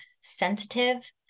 sensitive